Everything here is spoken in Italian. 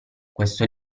questo